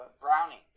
brownie